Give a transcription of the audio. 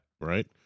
Right